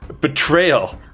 betrayal